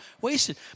wasted